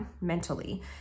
mentally